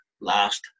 Last